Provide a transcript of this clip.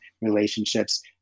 relationships